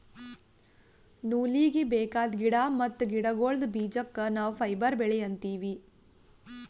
ನೂಲೀಗಿ ಬೇಕಾದ್ ಗಿಡಾ ಮತ್ತ್ ಗಿಡಗೋಳ್ದ ಬೀಜಕ್ಕ ನಾವ್ ಫೈಬರ್ ಬೆಳಿ ಅಂತೀವಿ